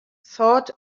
thought